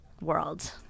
world